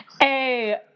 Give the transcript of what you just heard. Hey